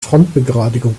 frontbegradigung